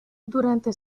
durante